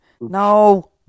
No